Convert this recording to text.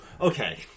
Okay